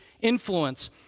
influence